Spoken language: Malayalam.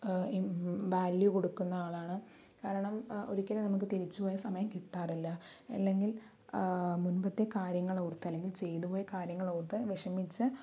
വാല്യു കൊടുക്കുന്ന ആളാണ് കാരണം ഒരിക്കലും നമുക്ക് തിരിച്ചു പോയ സമയം കിട്ടാറില്ല അല്ലെങ്കിൽ മുൻപത്തെ കാര്യങ്ങൾ ഓർത്ത് അല്ലെങ്കിൽ ചെയ്തുപോയ കാര്യങ്ങൾ ഓർത്തു വിഷമിച്ച്